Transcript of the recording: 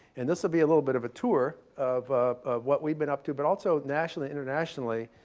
and this will be a little bit of a tour of what we've been up to, but also nationally internationally